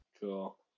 Cool